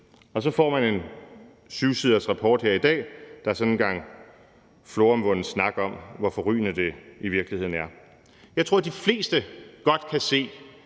Og så får man en syvsiders rapport her i dag, der er sådan en gang floromvunden snak om, hvor forrygende det i virkeligheden er. Jeg tror, de fleste godt kan se,